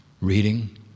reading